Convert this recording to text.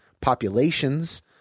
populations